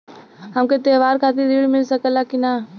हमके त्योहार खातिर त्रण मिल सकला कि ना?